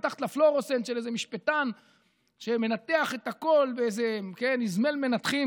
מתחת לפלואורוסצנט של איזה משפטן שמנתח את הכול באיזה אזמל מנתחים,